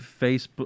Facebook